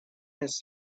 asked